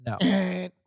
no